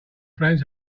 friends